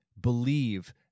believe